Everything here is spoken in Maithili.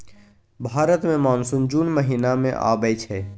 भारत मे मानसून जुन महीना मे आबय छै